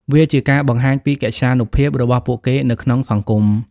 វាជាការបង្ហាញពីកិត្យានុភាពរបស់ពួកគេនៅក្នុងសង្គម។